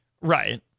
Right